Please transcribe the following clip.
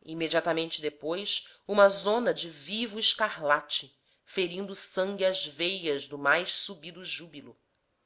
imediatamente depois uma zona de vivo escarlate ferindo sangue às veias do mais subido júbilo